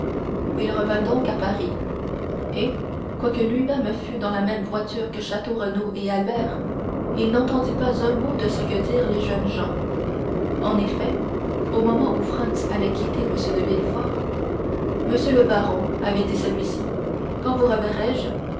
il revint donc à paris et quoique lui-même fût dans la même voiture que château renaud et albert il n'entendit pas un mot de ce que dirent les deux jeunes gens en effet au moment où franz allait quitter m de villefort monsieur le baron avait dit celui-ci quand vous reverrai-je